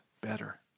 better